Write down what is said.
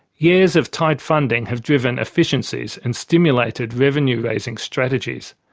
years of tight funding have driven efficiencies and stimulated revenue raising strategies.